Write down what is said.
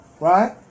Right